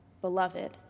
beloved